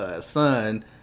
son